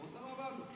הוא עושה מה בא לו.